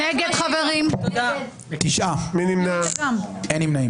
הצבעה לא אושרו.